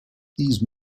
these